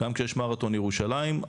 גם כשיש מרתון ירושלים,